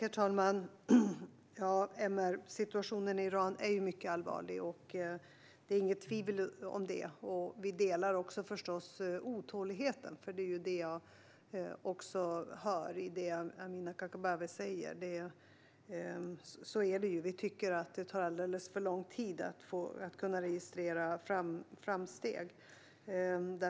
Herr talman! Det är inget tvivel om att MR-situationen i Iran är mycket allvarlig. Vi delar förstås också Amineh Kakabavehs otålighet. Vi tycker att det tar alldeles för lång tid att registrera framsteg,